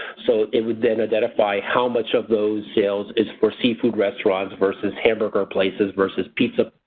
so it would then identify how much of those sales is for seafood restaurants versus hamburger places versus pizza,